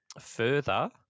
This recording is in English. further